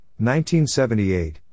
1978